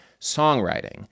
songwriting